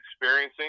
experiencing